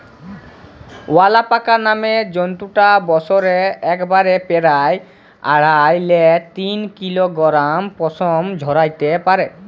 অয়ালাপাকা নামের জন্তুটা বসরে একবারে পেরায় আঢ়াই লে তিন কিলগরাম পসম ঝরাত্যে পারে